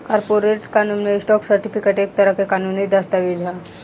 corporate कानून में, stock certificate एक तरह के कानूनी दस्तावेज ह